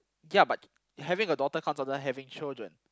ya but having a daughter comes under having children